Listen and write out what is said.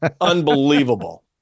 unbelievable